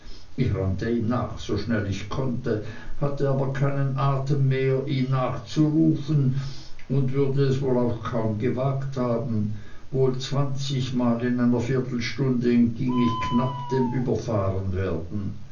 ich rannte ihm nach so schnell ich konnte hatte aber keinen atem mehr ihm nachzurufen und würde es wohl auch kaum gewagt haben wohl zwanzigmal in einer viertelstunde entging ich knapp dem überfahrenwerden